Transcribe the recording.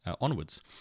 onwards